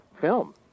film